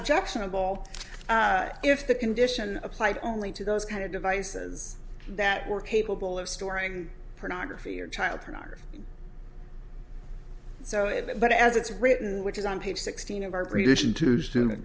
objectionable if the condition applied only to those kind of devices that were capable of storing pornography or child pornography so it but as it's written which is on page sixteen of our prediction to students